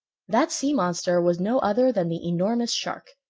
that sea monster was no other than the enormous shark,